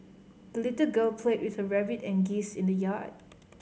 the little girl played with her rabbit and geese in the yard